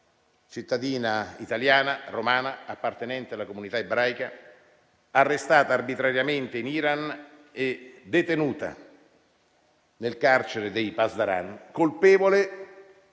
cittadina italiana, romana, appartenente alla comunità ebraica, arrestata arbitrariamente in Iran e detenuta nel carcere dei Pasdaran, colpevole